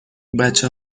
بچه